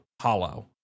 hollow